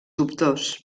dubtós